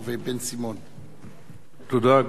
תודה,